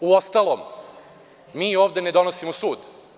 Uostalom, mi ovde ne donosimo sud.